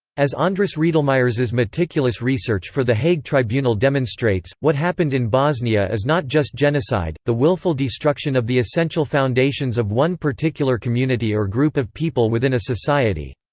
as andras riedlmayers's meticulous research for the hague tribunal demonstrates what happened in bosnia is not just genocide, the willful destruction of the essential foundations of one particular community or group of people within a society